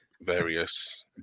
Various